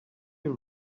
you